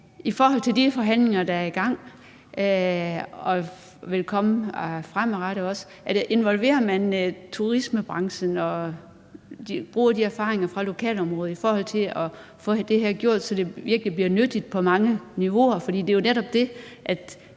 og som også vil komme fremadrettet, involverer man turismebranchen og bruger erfaringer fra lokalområdet, i forhold til at få det her lavet, så det virkelig bliver nyttigt på mange niveauer? For det er jo netop det,